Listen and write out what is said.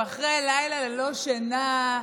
אחרי לילה ללא שינה,